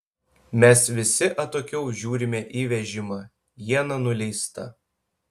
mes visi atokiau žiūrime į vežimą iena nuleista